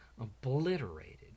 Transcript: Obliterated